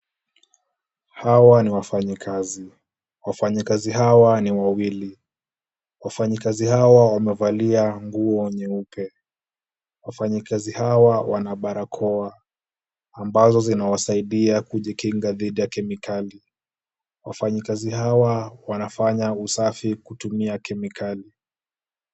Hawa ni wafanyikazi. Wafanyikazi hawa ni wawili. Wafanyikazi hawa wamevalia nguo nyeupe. Wafanyikazi hawa wana barakoa ambazo zinawasaidia kujikinga dhidi ya kemikali. Wafanyikazi hawa wanafanya usafi kutumia kemikali.